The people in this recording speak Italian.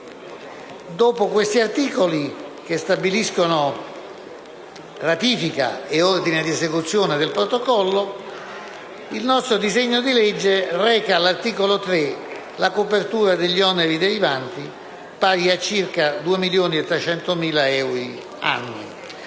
Oltre agli articoli che stabiliscono ratifica ed ordine di esecuzione del Protocollo, il disegno di legge reca, all'articolo 3, la copertura degli oneri derivanti, pari a circa 2.300.000 euro annui.